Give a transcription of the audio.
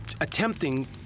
attempting